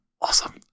awesome